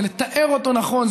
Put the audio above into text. זה לתאר אותו נכון,